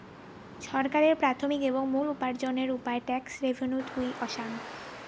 ছরকারের প্রাথমিক এবং মুল উপার্জনের উপায় ট্যাক্স রেভেন্যু থুই অসাং